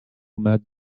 met